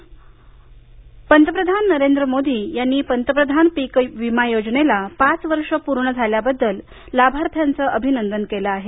पंतप्रधान पीक विमा योजना पंतप्रधान नरेंद्र मोदी यांनी पंतप्रधान पीक विमा योजनेला पाच वर्षे पूर्ण झाल्याबद्दल लाभार्थ्यांचे अभिनंदन केलं आहे